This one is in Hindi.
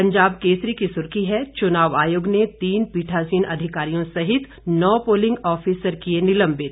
पंजाब केसरी की सुर्खी है चुनाव आयोग ने तीन पीठासीन अधिकारियों सहित नौ पोलिंग ऑफिसर किये निलंबित